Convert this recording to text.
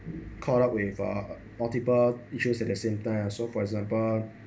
caught up with uh multiple issues at the same time so for example